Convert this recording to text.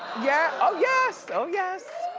yeah, oh yes! oh yes.